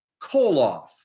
Koloff